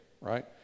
right